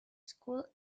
school